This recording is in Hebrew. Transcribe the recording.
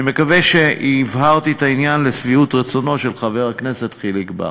אני מקווה שהבהרתי את העניין לשביעות רצונו של חבר הכנסת חיליק בר.